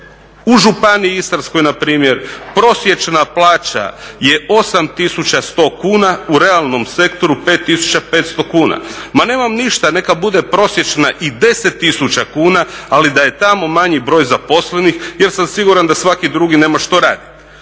U županiji Istarskoj npr. prosječna plaća je 8100 kuna, u realnom sektoru 5500 kuna. Ma nemam ništa, neka bude prosječna i 10 000 kuna ali da je tamo manji broj zaposlenih jer sam siguran da svaki drugi nema što raditi.